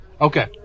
Okay